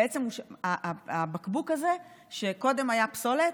בעצם, הבקבוק הזה, שקודם היה פסולת,